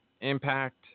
impact